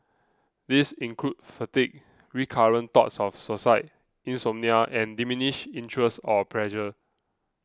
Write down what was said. these include fatigue recurrent thoughts of suicide insomnia and diminished interest or pleasure